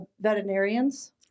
veterinarians